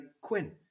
Quinn